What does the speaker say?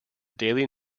daily